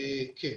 אני